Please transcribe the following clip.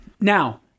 Now